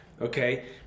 okay